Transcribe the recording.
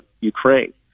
Ukraine